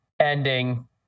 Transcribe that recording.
ending